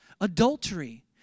adultery